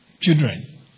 children